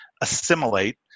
assimilate